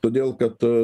todėl kad